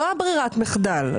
לא ברירת המחדל.